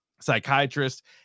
psychiatrist